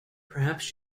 perhaps